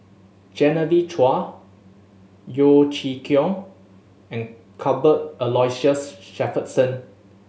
Genevieve Chua Yeo Chee Kiong and Cuthbert Aloysius Shepherdson